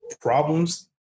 problems